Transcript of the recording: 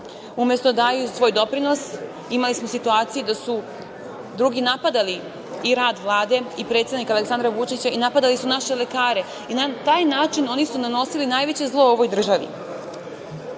umesto da daju svoj doprinos, imali smo situaciju da su drugi napadali i rad Vlade i predsednika Aleksandra Vučića, kao i naše lekare. Na taj način oni su nanosili najveće zlo ovoj državi. Pored